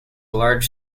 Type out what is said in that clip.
large